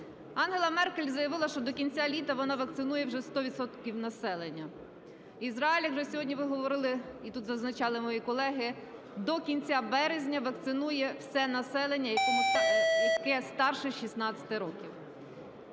Ангела Меркель заявила, що до кінця літа вона вакцинує вже 100 відсотків населення. Ізраїль, як вже сьогодні ви говорили, і тут зазначали мої колеги, до кінця березня вакцинує все населення, яке старше 16 років.